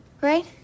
right